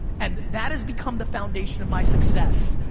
and that has become the foundation of my success.